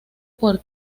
por